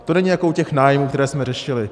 To není jako u těch nájmů, které jsme řešili.